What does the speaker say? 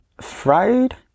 fried